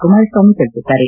ಕುಮಾರಸ್ವಾಮಿ ತಿಳಿಸಿದ್ದಾರೆ